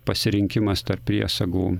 pasirinkimas tarp priesagų